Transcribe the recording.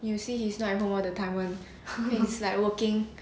you will see hes not home all the time [one] hes like working